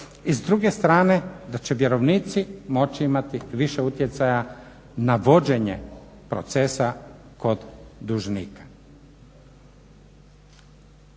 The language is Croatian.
i s druge strane da će vjerovnici moći imati više utjecaja na vođenje procesa kod dužnika.